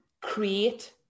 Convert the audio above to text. create